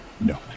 No